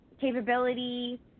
capability